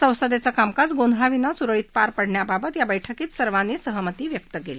संसदेचं कामकाज गोंधळाविना सुरळीत पार पाडण्याबाबत या बैठकीत सर्वांनी सहमती व्यक्त केली